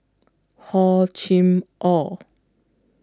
Hor Chim Or